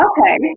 Okay